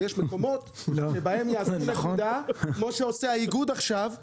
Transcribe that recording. ויש מקומות שיעשו בהם נקודה כמו שהאיגוד עושה עכשיו.